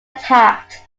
attacked